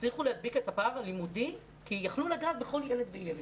הצליחו להדביק את הפער הלימודי כי יכלו לגעת בכל ילד וילד.